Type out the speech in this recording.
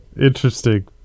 Interesting